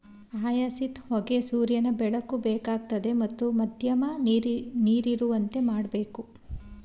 hyacinth ಹೂಗೆ ಸೂರ್ಯನ ಬೆಳಕು ಬೇಕಾಗ್ತದೆ ಮತ್ತು ಮಧ್ಯಮ ನೀರಿರುವಂತೆ ಮಾಡ್ಬೇಕು